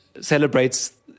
celebrates